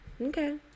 Okay